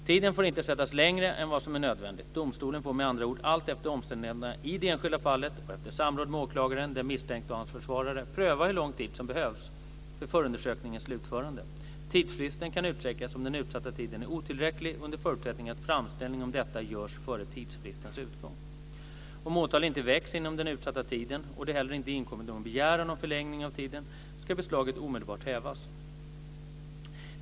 Tiden får inte sättas längre än vad som är nödvändigt. Domstolen får med andra ord alltefter omständigheterna i det enskilda fallet, och efter samråd med åklagaren, den misstänkte och hans försvarare, pröva hur lång tid som behövs för förundersökningens slutförande. Tidsfristen kan utsträckas om den utsatta tiden är otillräcklig under förutsättning att framställning om detta görs före tidsfristens utgång. Om åtal inte väcks inom den utsatta tiden och det heller inte inkommit någon begäran om förlängning av tiden, ska beslaget omedelbart hävas.